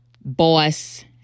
boss